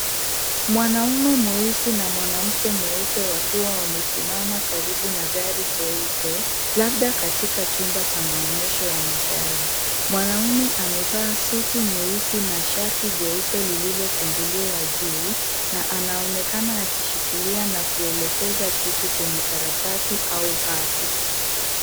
Mwanamume mweusi na mwanamke mweupe wakiwa wamesimama karibu na gari jeupe, labda katika chumba cha maonyesho ya magari. Mwanamume amevaa suti nyeusi na shati jeupe lililofunguliwa juu na anaonekana akishikilia na kuelekeza kitu kwenye karatasi au hati.